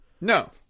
No